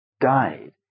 died